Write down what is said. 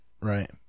Right